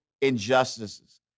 injustices